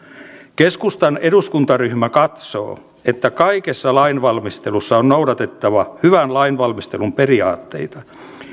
keskustan eduskuntaryhmä katsoo että kaikessa lainvalmistelussa on noudatettava hyvän lainvalmistelun periaatteita